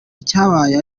icyabaye